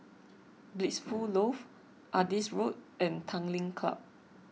Blissful Loft Adis Road and Tanglin Club